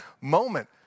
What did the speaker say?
moment